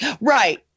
Right